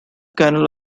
canal